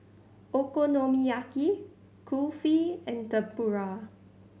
Okonomiyaki Kulfi and Tempura